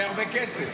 יהיה הרבה כסף.